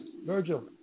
Virgil